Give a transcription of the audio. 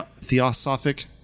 theosophic